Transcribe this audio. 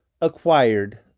acquired